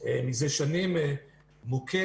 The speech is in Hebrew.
מזה שנים מוכית.